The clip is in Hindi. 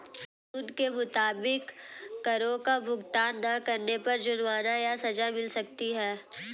कानून के मुताबिक, करो का भुगतान ना करने पर जुर्माना या सज़ा मिल सकती है